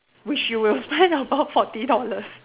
which you will spend above forty dollars